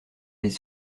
les